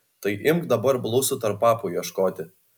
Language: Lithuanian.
tai imk dabar blusų tarp papų ieškoti